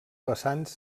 vessants